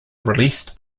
released